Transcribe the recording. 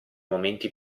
momenti